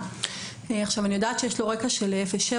אני יודעת שיש לו רקע של 07,